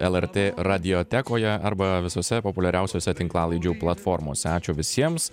lrt radiotekoje arba visose populiariausiose tinklalaidžių platformose ačiū visiems